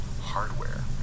hardware